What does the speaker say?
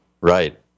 Right